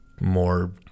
more